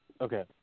Okay